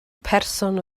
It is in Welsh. person